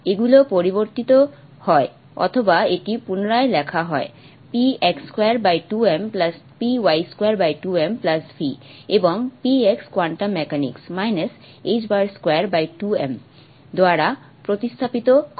এগুলো পরিবর্তিত হয় অথবা এটি পুনরায় লেখা হয় px22m py22m V এবং p x কোয়ান্টাম মেকানিক্সে ħ22m দ্বারা প্রতিস্থাপিত করে